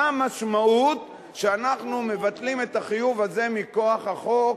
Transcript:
מה המשמעות שאנחנו מבטלים את החיוב הזה מכוח החוק?